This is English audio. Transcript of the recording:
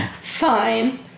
Fine